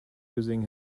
using